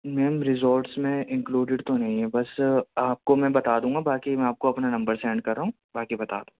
میم resorts میں included تو نہیں ہے بس آپ کو میں بتا دوں گا باقی میں آپ میں اپنا نمبر سینڈ کر رہا ہوں باقی بتا دو